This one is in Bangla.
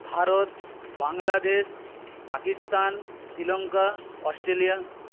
ভারত বাংলাদেশ পাকিস্তান শ্রীলঙ্কা অস্ট্রেলিয়া